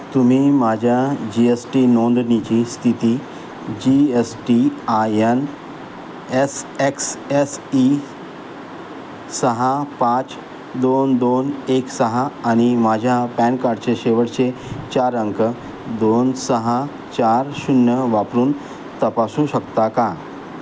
तुम्ही माझ्या G S T नोंदणीची स्थिती G S T I N S X S E सहा पाच दोन दोन एक सहा आणि माझ्या पॅन कार्डचे शेवटचे चार अंक दोन सहा चार शून्य वापरून तपासू शकता का